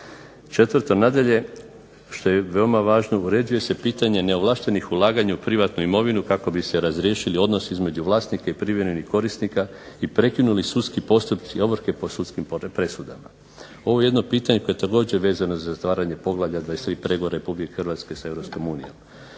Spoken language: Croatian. Četvrto, nadalje što je veoma važno uređuje se pitanje neovlaštenih ulaganja u privatnu imovinu kako bi se razriješili odnosi između vlasnika i privremenih korisnika, i prekinuli sudski postupci ovrhe po sudskim presudama. Ovo je jedno pitanje koje je također vezano za zatvaranje poglavlja 23. pregovora Republike Hrvatske sa